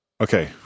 Okay